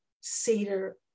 Seder